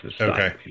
Okay